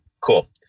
cool